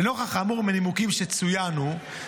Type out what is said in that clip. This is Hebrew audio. לנוכח האמור והנימוקים שצוינו,